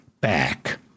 back